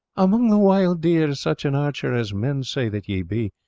among the wild dere, such an archere, as men say that ye be,